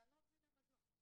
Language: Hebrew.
אני לא מבינה מדוע.